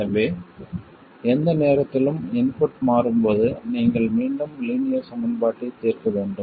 எனவே எந்த நேரத்திலும் இன்புட் மாறும்போது நீங்கள் மீண்டும் லீனியர் சமன்பாட்டைத் தீர்க்க வேண்டும்